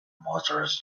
motors